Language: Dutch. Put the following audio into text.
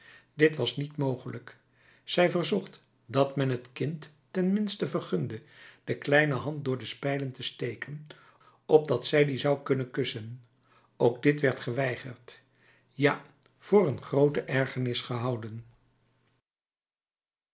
dit was niet mogelijk zij verzocht dat men het kind ten minste vergunde de kleine hand door de spijlen te steken opdat zij die zou kunnen kussen ook dit werd geweigerd ja voor een groote ergernis gehouden